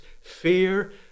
fear